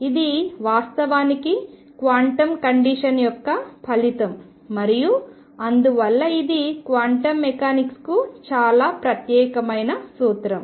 ఇది వాస్తవానికి quantum condition యొక్క ఫలితం మరియు అందువల్ల ఇది క్వాంటం మెకానిక్స్కు చాలా ప్రత్యేకమైన సూత్రం